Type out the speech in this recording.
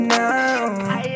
now